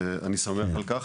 ואני שמח על כך.